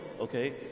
okay